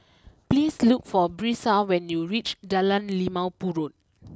please look for Brisa when you reach Jalan Limau Purut